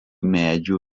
medžių